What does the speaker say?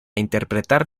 interpretar